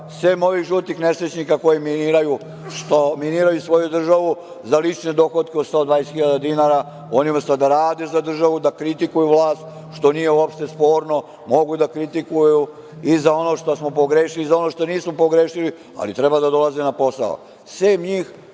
sem ovih žutih nesrećnika koji miniraju, što miniraju svoju državu za lične dohotke od 120.000 dinara. Oni umesto da rade za državu, da kritikuju vlast, što nije uopšte sporno, mogu da kritikuju i za ono što smo pogrešili i za ono što nismo pogrešili, ali treba da dolaze na posao.